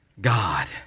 God